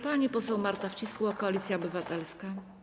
Pani poseł Marta Wcisło, Koalicja Obywatelska.